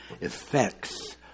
effects